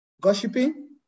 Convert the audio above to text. gossiping